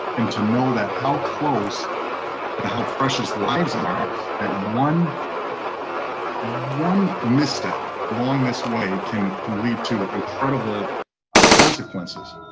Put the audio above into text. and to know that how close and how precious lives are at one one misstep along this way can can lead to incredible consequences.